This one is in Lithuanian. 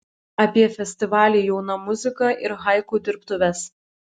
apie festivalį jauna muzika ir haiku dirbtuves